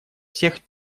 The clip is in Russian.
всех